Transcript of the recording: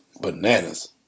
Bananas